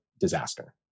disaster